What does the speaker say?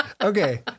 Okay